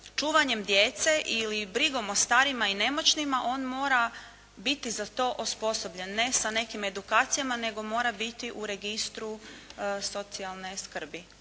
čuvanjem djece ili brigom o starijima i nemoćnima, on mora biti za to osposobljen. Ne sa nekim edukacijama, nego mora biti u registru socijalne skrbi.